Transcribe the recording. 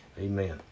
amen